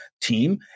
team